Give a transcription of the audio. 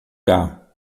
carro